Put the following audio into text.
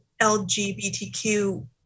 LGBTQ